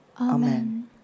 Amen